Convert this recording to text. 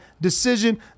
decision